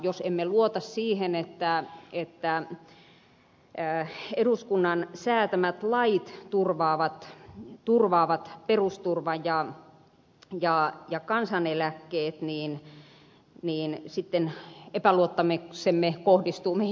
jos emme luota siihen että eduskunnan säätämät lait turvaavat perusturvan ja kansaneläkkeet niin sitten epäluottamuksemme kohdistuu meihin itseemme